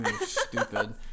stupid